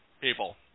people